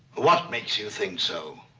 what makes you think so?